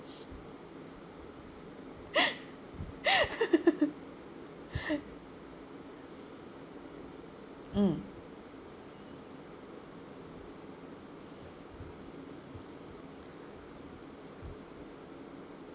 mm